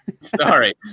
Sorry